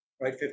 right